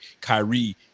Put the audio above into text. Kyrie